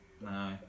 no